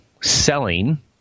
selling